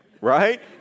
right